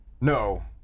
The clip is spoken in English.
No